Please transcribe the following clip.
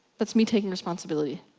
that's me taking responsibility.